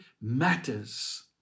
matters